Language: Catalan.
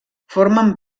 formen